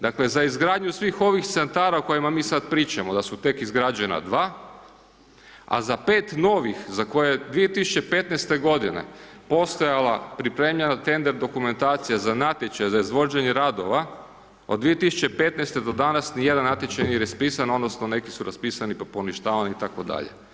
Dakle za izgradnju svih ovih centara o kojima mi sad pričamo da su tek izgrađena dva a za 5 novih za koje 2015. godine postojala pripremljena tender dokumentacija za natječaj za izvođenje radova od 2015. do danas niti jedan natječaj nije raspisan, odnosno neki su raspisani pa poništavani itd.